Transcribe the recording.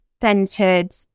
centered